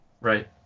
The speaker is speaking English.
Right